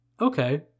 okay